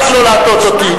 רק לא להטעות אותי.